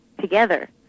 together